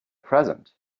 present